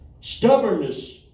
Stubbornness